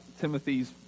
timothy's